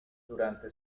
durante